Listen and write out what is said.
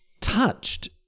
touched